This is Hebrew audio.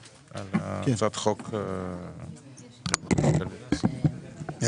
09:59.